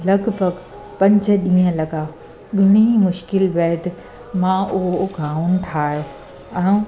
लॻभॻि पंज ॾींहं लॻा घणी मुश्किलु बैदि मां उहो गाउन ठाहियो ऐं